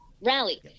Rally